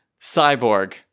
Cyborg